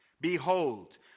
Behold